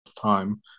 time